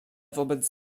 wobec